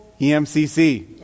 EMCC